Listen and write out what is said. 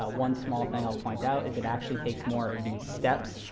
ah one small thing i'll point out is it actually takes more of these steps,